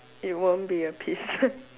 it won't be a peace